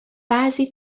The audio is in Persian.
بعضی